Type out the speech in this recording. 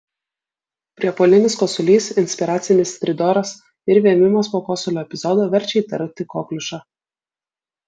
priepuolinis kosulys inspiracinis stridoras ir vėmimas po kosulio epizodo verčia įtarti kokliušą